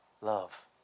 Love